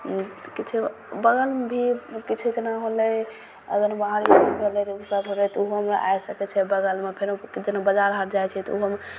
किछु बगलमे भी किछु एतना होलै अगर बाहर ईसब होलै ओसब होलै तऽ ओहोमे आ सकै छै बगलमे फेर जेना बजार हाट जाइ छै तऽ ओहेमे